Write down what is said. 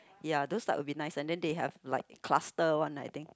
ya those type would be nice and then they have like cluster one I think